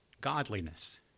godliness